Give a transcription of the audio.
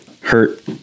hurt